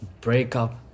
breakup